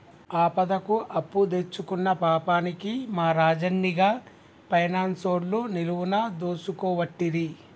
ఆపదకు అప్పుదెచ్చుకున్న పాపానికి మా రాజన్ని గా పైనాన్సోళ్లు నిలువున దోసుకోవట్టిరి